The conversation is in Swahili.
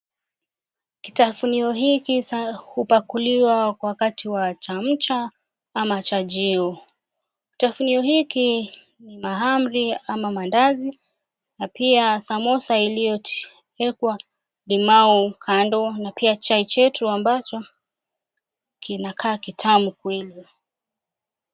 Kitafunio hiki sa hupakuliwa wakati wa chamcha ama chajio. Kitafunio hiki ni mahamri ama mandazi na pia samosa iliyotekwa limau kando, na pia chai chetu ambacho kinakaa kitamu kweli.